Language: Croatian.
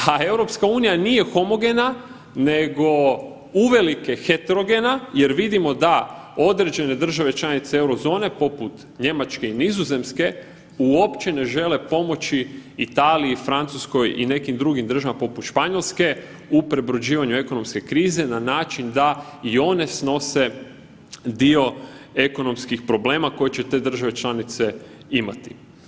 A EU nije homogena, nego uvelike heterogena jer vidimo da određene države članice Eurozone poput Njemačke i Nizozemske uopće ne žele pomoći Italiji, Francuskoj i nekim drugim državama poput Španjolske u prebrođivanju ekonomske krize na način da i one snose dio ekonomskih problema koje će te države članice imati.